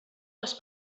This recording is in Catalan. les